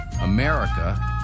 America